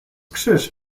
krzyż